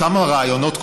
אותם רעיונות,